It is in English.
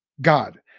God